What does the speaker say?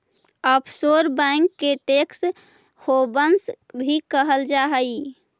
offshore bank के tax havens भी कहल जा हइ